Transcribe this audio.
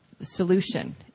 solution